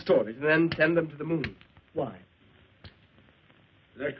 stories then send them to the moon why that